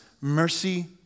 mercy